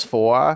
Four